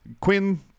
Quinn